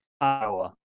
Iowa